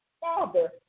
Father